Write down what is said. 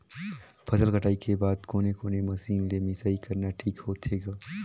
फसल कटाई के बाद कोने कोने मशीन ले मिसाई करना ठीक होथे ग?